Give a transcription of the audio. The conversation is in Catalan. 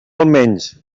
almenys